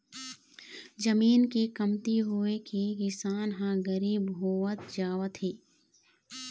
जमीन के कमती होए ले किसान ह गरीब होवत जावत हे